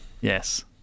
Yes